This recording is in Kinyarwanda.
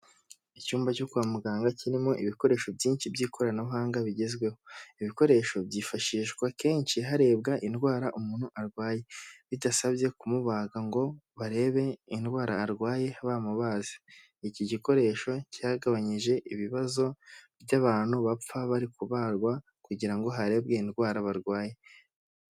Icyumba cyo kwa muganga kirimo ibikoresho byinshi by'ikoranabuhanga bigezweho, ibikoresho byifashishwa kenshi harebwa indwara umuntu arwaye, bidasabye kumubaga ngo barebe indwara arwaye bamubaze, iki gikoresho cyagabanyije ibibazo by'abantu bapfa bari kubagwa kugira ngo harebwe indwara barwaye.